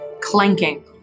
clanking